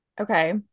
Okay